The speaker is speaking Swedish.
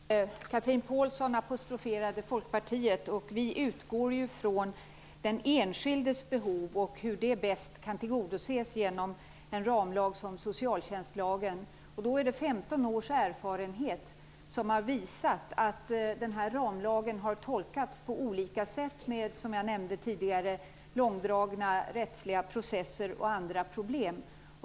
Fru talman! Chatrine Pålsson apostroferade Folkpartiet. Vi utgår från den enskildes behov och hur det bäst kan tillgodoses genom en ramlag som socialtjänstlagen. 15 års erfarenhet har visat att ramlagen har tolkats på olika sätt med, som jag nämnde tidigare, långdragna rättsliga processer och andra problem.